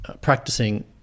practicing